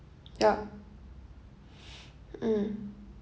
ya mm